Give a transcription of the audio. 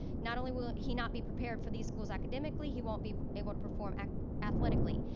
not only will he not be prepared for these schools academically, he won't be able to perform athletically.